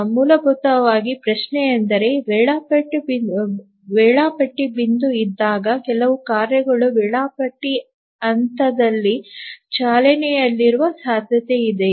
ಮೂಲಭೂತವಾಗಿ ಪ್ರಶ್ನೆಯೆಂದರೆ ವೇಳಾಪಟ್ಟಿ ಬಿಂದುಇದ್ದಾಗ ಕೆಲವು ಕಾರ್ಯಗಳು ವೇಳಾಪಟ್ಟಿ ಹಂತದಲ್ಲಿ ಚಾಲನೆಯಲ್ಲಿರುವ ಸಾಧ್ಯತೆಯಿದೆಯೇ